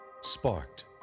sparked